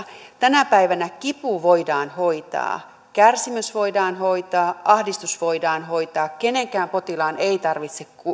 tänä päivänä kipu voidaan hoitaa kärsimys voidaan hoitaa ahdistus voidaan hoitaa kenenkään potilaan ei tarvitse